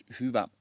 hyvä